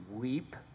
weep